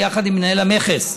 ביחד עם מנהל המכס,